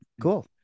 cool